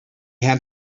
had